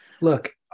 Look